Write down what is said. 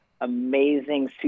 amazing